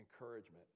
encouragement